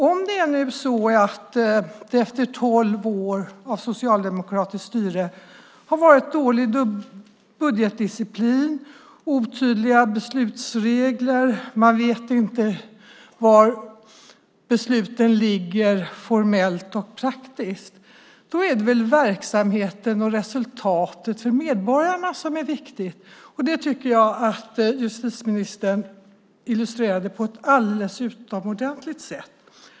Om det efter tolv år av socialdemokratiskt styre har varit dålig budgetdisciplin och otydliga beslutsregler och man inte vet var besluten ligger formellt och praktiskt, då är det väl verksamheten och resultatet för medborgarna som är viktigt? Det tycker jag att justitieministern illustrerade på ett utomordentligt sätt.